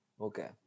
Okay